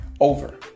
Over